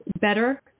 Better